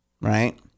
Right